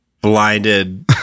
blinded